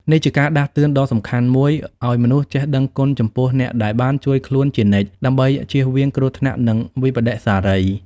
នេះជាការដាស់តឿនដ៏សំខាន់មួយឲ្យមនុស្សចេះដឹងគុណចំពោះអ្នកដែលបានជួយខ្លួនជានិច្ច ដើម្បីចៀសវាងគ្រោះថ្នាក់និងវិប្បដិសារី។